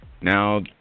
Now